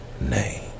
name